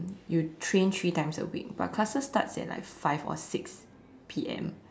you train three times a week but classes starts at like five or six P_M